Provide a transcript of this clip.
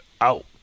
out